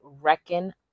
reckon